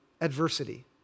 adversity